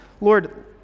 Lord